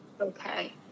Okay